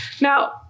Now